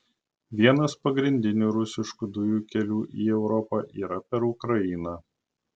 vienas pagrindinių rusiškų dujų kelių į europą yra per ukrainą